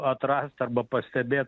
atrast arba pastebėt